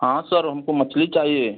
हाँ सर हमको मछली चाहिए